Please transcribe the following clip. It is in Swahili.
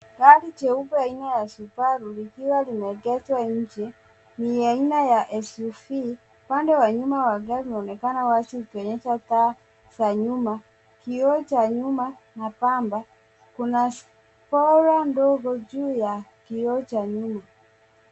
Gari jeupe aina ya Subaru, likiwa limeegeshwa nje. Ni aina ya SUV, upande wa nyuma wa gari unaonekana wazi ukionyesha taa za nyuma, kioo cha nyuma na pamba. Kuna zipora ndogo juu ya kioo cha nyuma.